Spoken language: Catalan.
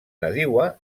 nadiua